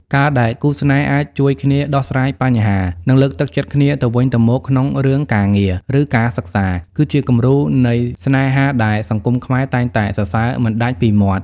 ការដែលគូស្នេហ៍អាច "ជួយគ្នាដោះស្រាយបញ្ហា" និងលើកទឹកចិត្តគ្នាទៅវិញទៅមកក្នុងរឿងការងារ ឬការសិក្សា គឺជាគំរូនៃស្នេហាដែលសង្គមខ្មែរតែងតែសរសើរមិនដាច់ពីមាត់។